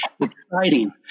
exciting